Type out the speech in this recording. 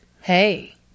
Hey